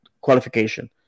qualification